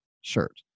shirt